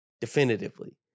definitively